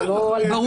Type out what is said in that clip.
ברור לי.